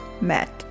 met